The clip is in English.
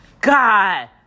God